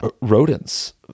rodents